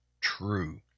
true